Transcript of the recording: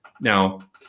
Now